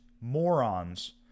morons